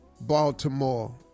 Baltimore